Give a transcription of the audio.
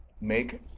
Make